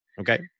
Okay